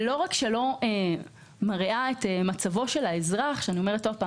ולא רק שלא מרעה את מצבו של האזרח אני אומרת שוב,